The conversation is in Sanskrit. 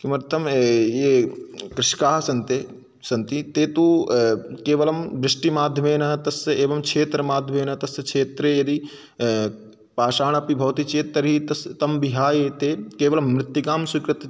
किमर्थं ये कृषकाः सन्ति सन्ति ते तु केवलं वृष्टिमाद्ध्यमेन तस्य एवं क्षेत्रमाद्ध्यमेन तस्य क्षेत्रे यदि पाषाणः अपि भवति चेत् तर्हि तस् तं विहाय एते केवलं मृत्तिकां स्विकृत्य